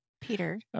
Peter